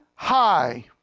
high